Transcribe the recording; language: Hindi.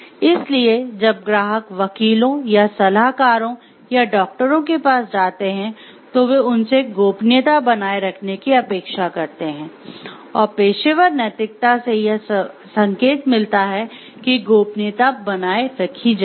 इसलिए जब ग्राहक वकीलों या सलाहकारों या डॉक्टरों के पास जाते हैं तो वे उनसे गोपनीयता बनाए रखने की अपेक्षा करते हैं और पेशेवर नैतिकता से यह संकेत मिलता है कि गोपनीयता बनाए रखी जाएगी